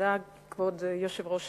כבוד היושב-ראש,